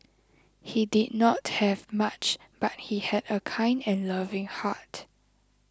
he did not have much but he had a kind and loving heart